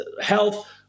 health